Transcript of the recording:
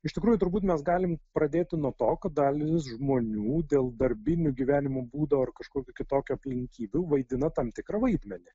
iš tikrųjų turbūt mes galim pradėti nuo to kad dalis žmonių dėl darbinių gyvenimo būdo ar kažkokių kitokių aplinkybių vaidina tam tikrą vaidmenį